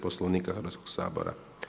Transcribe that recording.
Poslovnika Hrvatskog sabora.